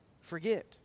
forget